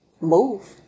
move